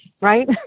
right